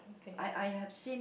I I have seen